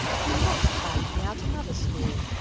you must find me out another school,